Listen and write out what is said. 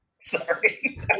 Sorry